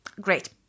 Great